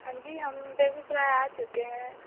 हाँ जी हम बेगूसराय आ चुके हैं